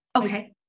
Okay